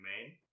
main